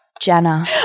jenna